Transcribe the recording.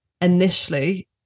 initially